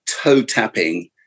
toe-tapping